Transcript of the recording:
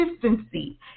consistency